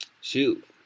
Shoot